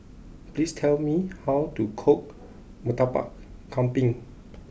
please tell me how to cook Murtabak Kambing